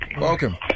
Welcome